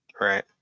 right